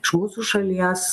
iš mūsų šalies